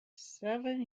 seven